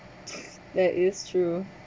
that is true